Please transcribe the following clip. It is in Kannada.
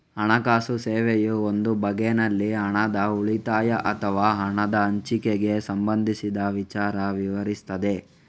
ಹಣಕಾಸು ಸೇವೆಯು ಒಂದು ಬಗೆನಲ್ಲಿ ಹಣದ ಉಳಿತಾಯ ಅಥವಾ ಹಣದ ಹಂಚಿಕೆಗೆ ಸಂಬಂಧಿಸಿದ ವಿಚಾರ ವಿವರಿಸ್ತದೆ